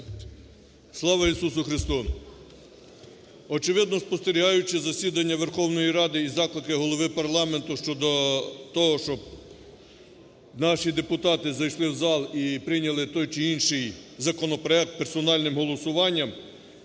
Слава Ісусу Христу! Очевидно, спостерігаючи засідання Верховної Ради і заклики Голови парламенту щодо того, щоб наші депутати зайшли в зал і прийняли той чи інший законопроект персональним голосуванням,